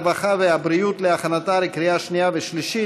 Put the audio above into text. הרווחה והבריאות להכנתה לקריאה שנייה ושלישית.